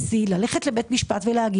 ללכת לבית משפט ולומר: